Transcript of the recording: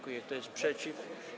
Kto jest przeciw?